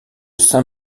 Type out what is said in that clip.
saint